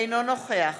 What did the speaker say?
אינו נוכח